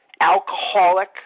alcoholic